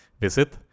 visit